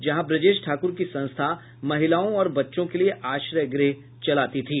जहां ब्रजेश ठाकुर की संस्था महिलाओं और बच्चों के लिए आश्रय गृह चलाती थी